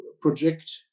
project